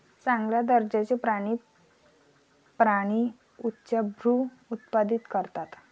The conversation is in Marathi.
चांगल्या दर्जाचे प्राणी प्राणी उच्चभ्रू उत्पादित करतात